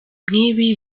nk’ibi